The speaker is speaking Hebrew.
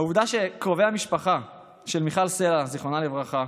העובדה שקרובי המשפחה של מיכל סלה, זיכרונה לברכה,